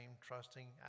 trusting